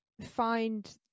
find